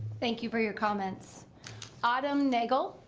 thank you for your comments autumn nagel